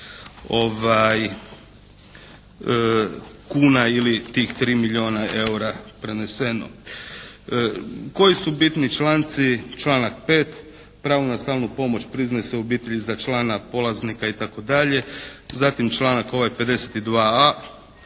kuna ili tih 3 milijona eura preneseno. Koji su bitni članci? Članak 5.: "Pravo na stalnu pomoć priznaje se u obitelji za člana polaznika" itd. Zatim, članak ovaj